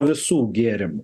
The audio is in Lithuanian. visų gėrimų